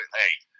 hey